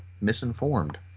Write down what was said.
misinformed